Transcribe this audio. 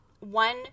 one